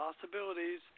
possibilities